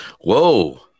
Whoa